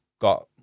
got